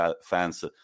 fans